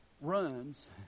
runs